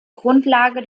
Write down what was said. grundlage